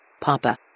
Papa